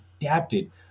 adapted